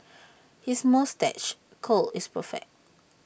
his moustache curl is perfect